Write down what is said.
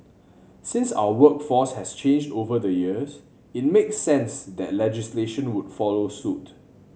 since our workforce has changed over the years it makes sense that legislation would follow suit